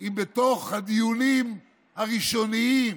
אם בתוך הדיונים הראשוניים,